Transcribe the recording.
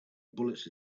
bullets